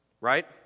right